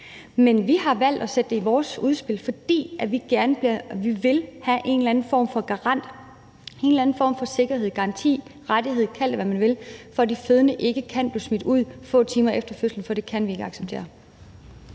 Men vi har valgt at sætte det i vores udspil, fordi vi vil have en eller anden form for garanti eller sikkerhed eller rettighed – kald det, hvad man vil – for, at de fødende ikke kan blive smidt ud få timer efter fødslen, for det kan vi ikke acceptere.